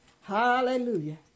Hallelujah